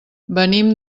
venim